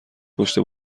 پشت